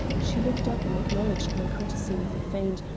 she looked up and acknowledged my courtesy with a faint,